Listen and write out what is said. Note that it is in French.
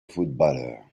footballeur